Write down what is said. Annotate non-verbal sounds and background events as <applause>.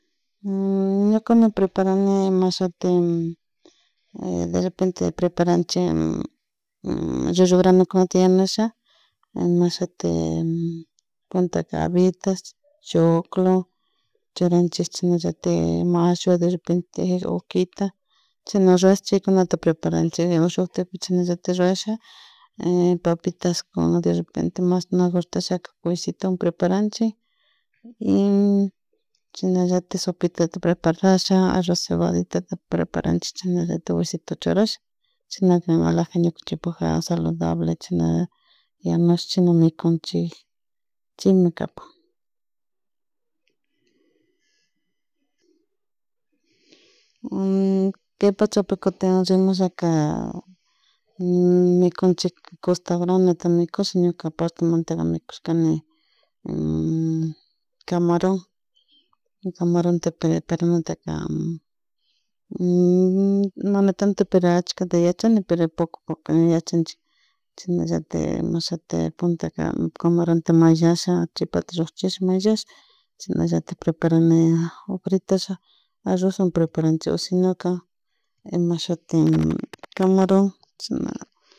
<hesitation> ñukami preparane ima shuti <hesitation> derrepente preparanchik llullo granukuna yanusha imashuti <hesitation> puntaka habitas, choclo, churanchik chashnalaltik mashawa derrrepente oquita, chashana rash chaykunata preparanchik o shuktik chashnallatak rrasha <hesitation> papitas oh derrepente mas <unintelligible> cuycitowan preparanchik y <hesitation> shinallatik sopitata preparasha arroz cebadita preparanchek chasnallatak huesitota churashpa chakna kan ñikanchikpak saludable chshana yanush chashna mikunchik chaymi kapan. Kay pachapi kutin yanushllaka <hesitation> mikunchik costa granuta mikushun ñuka partemuntaka mikushkani <hesitation> camaron, camarontaka <unintelligible> <hesitation> mana tanto pero ashkata yachani pero poco poco ña yachanchik chasnallatik mashitu punta <hesitation> camaronta mayllasha tripata shukchik mayllash chasnallatik preparane fritasha arroz o si noka imashuti <noise> camaron chashna